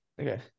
okay